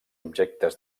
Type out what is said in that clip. objectes